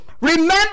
Remember